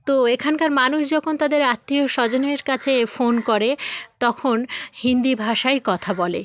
তো এখানকার মানুষ যখন তাদের আত্মীয় স্বজনের কাছে ফোন করে তখন হিন্দি ভাষায় কথা বলে